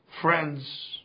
friends